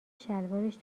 شلوارش